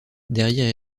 derrière